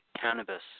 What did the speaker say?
cannabis